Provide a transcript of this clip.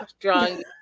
drawing